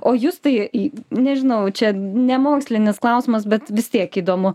o justai nežinau čia nemokslinis klausimas bet vis tiek įdomu